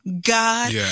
God